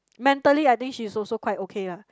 mentally I think she's also quite okay lah